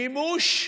מימוש,